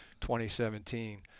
2017